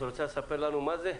את רוצה לספר לנו מה זה?